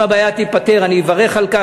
אם הבעיה תיפתר אני אברך על כך,